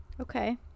okay